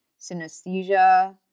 synesthesia